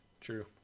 true